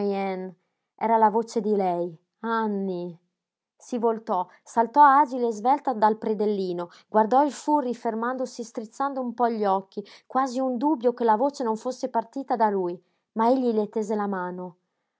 era la voce di lei anny si voltò saltò agile e svelta dal predellino guardò il furri fermandosi e strizzando un po gli occhi quasi un dubbio che la voce non fosse partita da lui ma egli le tese la mano